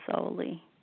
solely